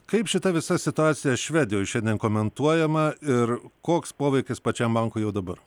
kaip šita visa situacija švedijoj šiandien komentuojama ir koks poveikis pačiam bankui jau dabar